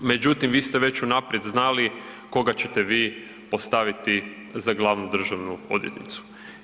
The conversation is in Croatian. Međutim, vi ste već unaprijed znali koga ćete vi postaviti za glavnu državnu odvjetnicu.